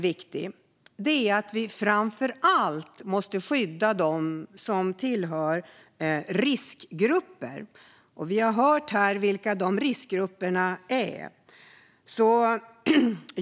Viktigt är att vi framför allt skyddar dem som tillhör riskgrupper, och vi har hört vilka dessa riskgrupper är.